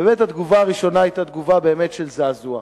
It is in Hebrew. והתגובה הראשונה היתה תגובה באמת של זעזוע.